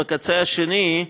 בקצה השני,